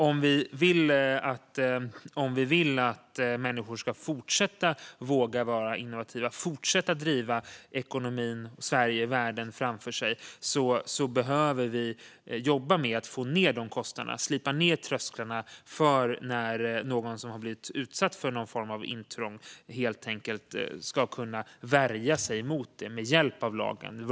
Om vi vill att människor ska fortsätta att våga vara innovativa och fortsätta att driva ekonomin, Sverige och världen framför sig behöver vi jobba med att få ned de kostnaderna och slipa ned trösklarna så att någon som har blivit utsatt för någon form av intrång helt enkelt ska kunna värja sig mot det med hjälp av lagen.